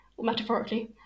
metaphorically